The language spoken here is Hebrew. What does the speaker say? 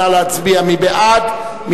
נא להצביע, מי בעד?